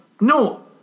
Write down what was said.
no